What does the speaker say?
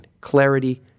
Clarity